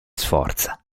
sforza